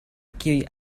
kiuj